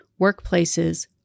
workplaces